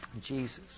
Jesus